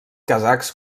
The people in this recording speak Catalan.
kazakhs